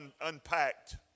unpacked